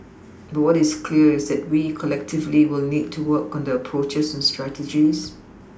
but what is clear is that we collectively will need to work on the approaches and strategies